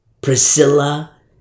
Priscilla